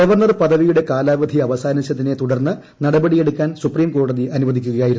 governor പദവിയുടെ കാലാവധി അവസാനിച്ചതിനെ തുടർന്ന് നടപടി എടുക്കാൻ സുപ്രീംകോടതി അനുവദിക്കുകയായിരുന്നു